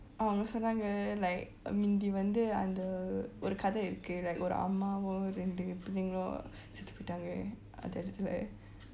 அவங்க சொன்னாங்க:avanga chonnaga like மிந்தி வந்து அந்த ஒரு கதை இருக்குது: minthi vantu anta oru katai irukkutu like ஒரு அம்மாவும் ரெண்டு பிள்ளைகளும் செத்துபோயிட்டாங்க அந்த இடத்துள:oru ammaum rendu pillaikalum chettuppoittanga anta itattula